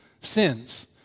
sins